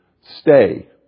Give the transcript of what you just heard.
stay